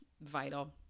vital